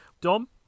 Dom